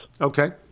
Okay